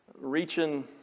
reaching